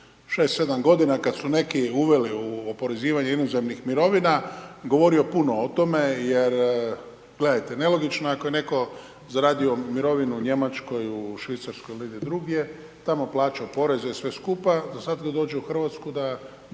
6, 7 godina kad su neki uveli o oporezivanju inozemnih mirovina, govorio puno o tome jer, gledajte, nelogično je ako je netko zaradio mirovinu u Njemačkoj, u Švicarskoj ili negdje drugdje, tamo plaćao poreze, sve skupa, a sad kad dođe u Hrvatsku da